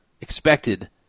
expected